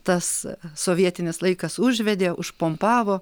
tas sovietinis laikas užvedė užpompavo